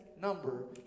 number